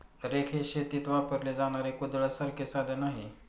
rake हे शेतीत वापरले जाणारे कुदळासारखे साधन आहे